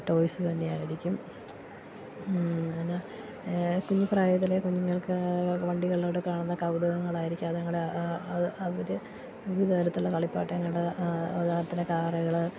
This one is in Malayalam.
ടോയ്സ് തന്നെയായിരിക്കും അങ്ങനെ കുഞ്ഞ് പ്രായത്തിലേ കുഞ്ഞുങ്ങൾക്ക് വണ്ടികളോട് കാണുന്ന കൗതുകങ്ങളാരിക്കും അതുങ്ങളെ അവര് വിവിധ തരത്തിലുള്ള കളിപ്പാട്ടങ്ങൾ ഉദാഹരണത്തിന് കാറുകൾ